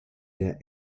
der